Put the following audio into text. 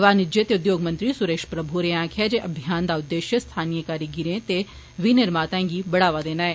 वाणिज्य ते उद्योग मंत्री सुरेश प्रमु होरें आक्खेआ जे अभियान दा उद्देश्य स्थानीय कारीगरें ते विनिर्माताएं गी बढ़ावा देना ऐ